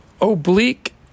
oblique